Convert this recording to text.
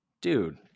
Dude